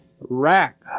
rack